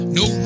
no